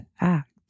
act